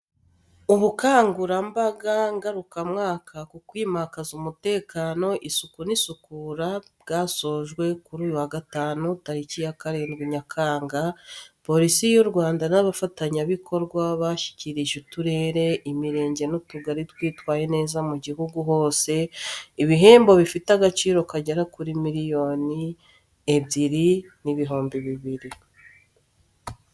Ubukangurambaga ngarukamwaka ku kwimakaza umutekano, isuku n’isukura bwasojwe kuri uyu wa Gatanu, tariki ya 7 Nyakanga, Polisi y’u Rwanda n’abafatanyabikorwa bashyikiriza uturere, imirenge n’utugari twitwaye neza mu gihugu hose, ibihembo bifite agaciro k’agera kuri miliyoni 202Frw.